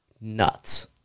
Nuts